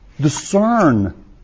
Discern